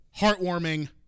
heartwarming